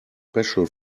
special